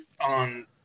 on